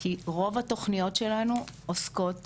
כי רוב התוכניות שלנו עוסקות